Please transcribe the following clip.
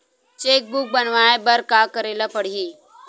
Cheque book बनवाय बर का करे ल पड़हि?